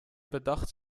bedacht